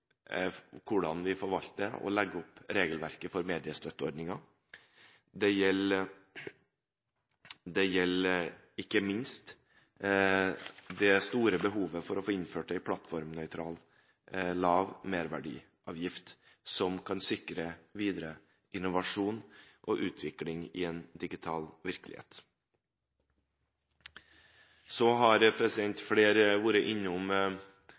hvordan vi forvalter og legger opp regelverket for mediestøtteordningen. Det gjelder ikke minst det store behovet for å få innført en plattformnøytral lav merverdiavgift, som kan sikre videre innovasjon og utvikling i en digital virkelighet. Flere har vært